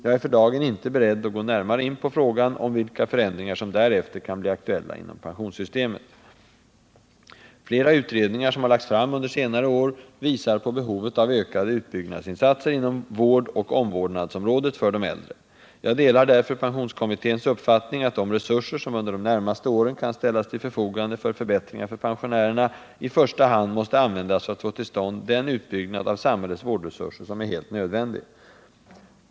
Jag är för dagen inte beredd att gå närmare in på frågan om vilka förändringar som därefter kan bli aktuella inom pensionssystemet. Flera utredningar, som har lagts fram under senare år, visar på behovet av ökade utbyggnadsinsatser inom vårdoch omvårdnadsområdet för de äldre. Jag delar därför pensionskommitténs uppfattning att de resurser som under de närmaste åren kan ställas till förfogande för förbättringar för pensionärerna i första hand måste användas för att få till stånd den utbyggnad av samhällets vårdresurser som är helt nödvändig.